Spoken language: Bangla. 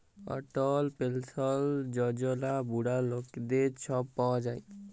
অটল পেলসল যজলা বুড়া লকদের ছব পাউয়া যায়